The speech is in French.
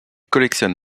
collectionne